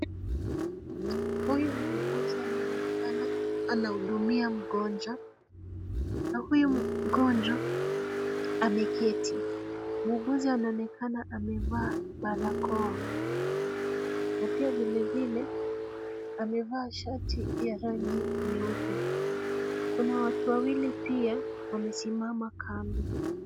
Huyu muuguzi anaonekana anahudumia mgonjwa na huyu mgonjwa ameketi. Muuguzi anaonekana amevaa barakoa na pia vilevile amevaa shati ya rangi nyeupe. Kuna watu wawili pia wamesimama kando.